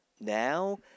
now